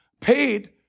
paid